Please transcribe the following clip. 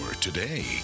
today